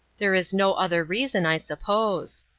there is no other reason, i suppose.